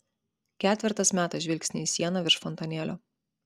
ketvertas meta žvilgsnį į sieną virš fontanėlio